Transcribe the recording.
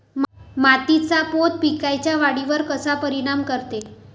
मातीचा पोत पिकाईच्या वाढीवर कसा परिनाम करते?